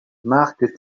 marque